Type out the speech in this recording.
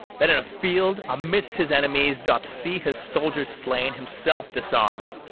that in a field, amidst his enemies, doth see his soldiers slain, himself disarm'd,